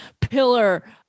pillar